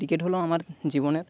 cricket হলো আমার জীবনের